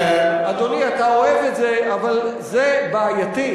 אדוני, אתה אוהב את זה, אבל זה בעייתי.